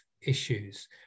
issues